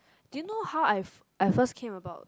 do you know how I I first came about